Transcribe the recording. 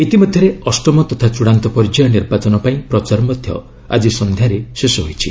ଇତିମଧ୍ୟରେ ଅଷ୍ଟମ ତଥା ଚୂଡ଼ାନ୍ତ ପର୍ଯ୍ୟାୟ ନିର୍ବାଚନ ପାଇଁ ପ୍ରଚାର ମଧ୍ୟ ଆଜି ସନ୍ଧ୍ୟାରେ ଶେଷ ହୋଇଛି